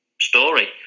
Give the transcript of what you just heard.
story